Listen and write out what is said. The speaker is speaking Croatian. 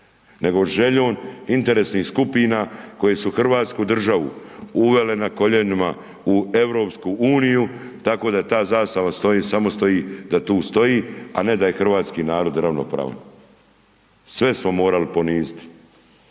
nego željom interesnih skupina koje su hrvatsku državu uvele na koljenima u EU tako da ta zastava samo stoji da tu stoji a ne da je hrvatski narod ravnopravan. Sve smo morali poniziti,